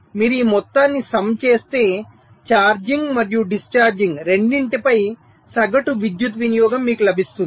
మీరు ఈ మొత్తాన్ని sum చేస్తే ఛార్జింగ్ మరియు డిస్ఛార్జింగ్ రెండింటిపై సగటు విద్యుత్ వినియోగం మీకు లభిస్తుంది